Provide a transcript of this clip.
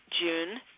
june